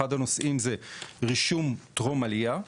אחד הנושאים זה רישום טרום עלייה,